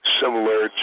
similar